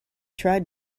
tried